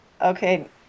okay